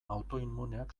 autoimmuneak